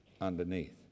underneath